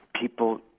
people